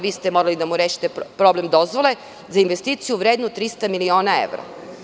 Vi ste morali da mu rešite problem dozvole za investiciju vrednu 300 miliona evra.